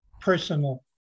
personal